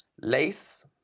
lace